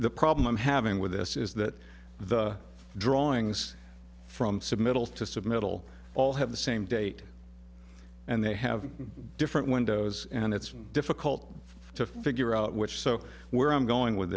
the problem i'm having with this is that the drawings from submittal to submittal all have the same date and they have different windows and it's difficult to figure out which so where i'm going with